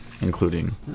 including